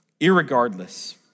irregardless